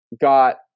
got